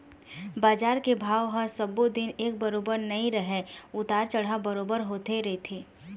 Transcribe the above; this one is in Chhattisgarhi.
बजार के भाव ह सब्बो दिन एक बरोबर नइ रहय उतार चढ़ाव बरोबर होते रहिथे